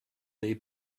day